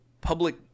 public